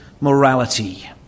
morality